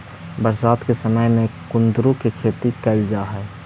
बरसात के समय में कुंदरू के खेती कैल जा हइ